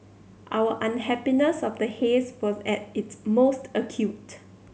our unhappiness of the haze was at its most acute